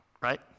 right